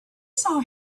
saw